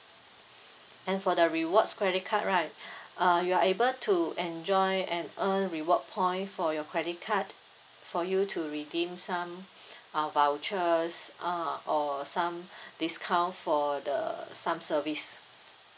and for the rewards credit card right uh you are able to enjoy and earn reward point for your credit card for you to redeem some uh vouchers uh or some discount for the some service